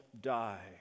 die